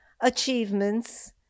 achievements